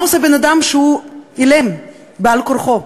מה עושה אדם שהוא אילם בעל כורחו?